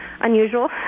unusual